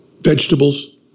vegetables